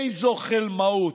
איזו חלמאות.